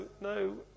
no